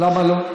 למה לא?